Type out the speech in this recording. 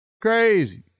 Crazy